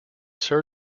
their